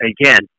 again